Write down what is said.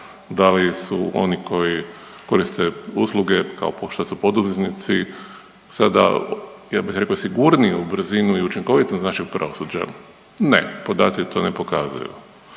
Da li su oni koji koristite usluge kao što su poduzetnici sada ja bih rekao sigurniji u brzinu i u učinkovitost našeg pravosuđa? Ne, podaci to ne pokazuju.